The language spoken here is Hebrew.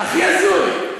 הכי הזוי,